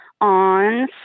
on